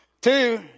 Two